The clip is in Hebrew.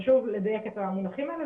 חשוב לדייק את המונחים האלה.